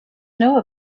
know